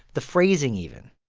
the phrasing even